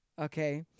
Okay